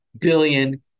billion